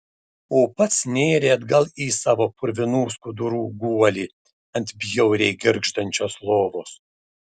o pats nėrė atgal į savo purvinų skudurų guolį ant bjauriai girgždančios lovos